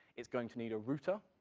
it's going to need a router,